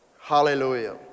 Hallelujah